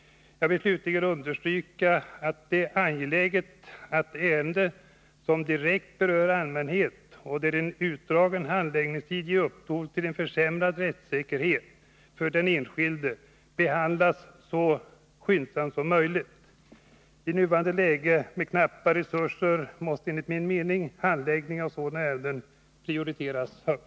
Jag vill slutligen understryka att det är angeläget att ärenden som direkt berör allmänheten, och där en utdragen handläggningstid ger upphov till en försämrad rättssäkerhet för den enskilde, behandlas så skyndsamt som möjligt. I nuvarande läge med knappa resurser måste enligt min mening handläggningen av sådana ärenden prioriteras högt.